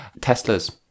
tesla's